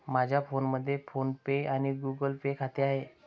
माझ्या फोनमध्ये PhonePe आणि गुगल पे खाते आहे